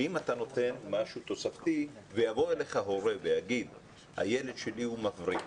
שאם אתה נותן משהו תוספתי ויבוא אליך הורה ויגיד שהילד שלו הוא מבריק,